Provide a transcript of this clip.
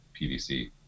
PVC